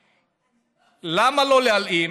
ולמה לא להלאים?